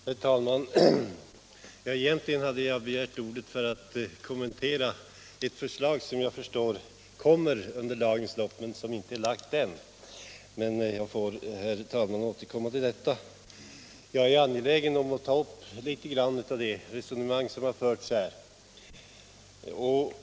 Herr talman! Egentligen har jag begärt ordet för att kommentera ett hetsområde förslag som jag förstår kommer under dagens lopp men som ännu inte har framförts. Jag får alltså återkomma till den saken. Jag är nu angelägen om att ta upp några av de resonemang som förts här i debatten.